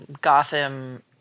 Gotham